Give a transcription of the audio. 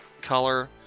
color